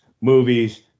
movies